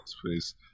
please